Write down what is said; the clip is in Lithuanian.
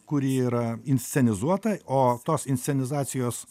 kuri yra inscenizuota o tos inscenizacijos